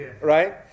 right